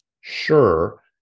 Sure